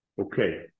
Okay